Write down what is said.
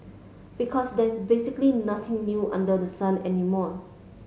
because there's basically nothing new under the sun anymore